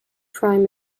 prime